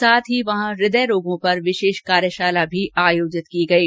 साथ ही वहां हदय रोगों पर विषेष कार्यषाला भी आयोजित की गयी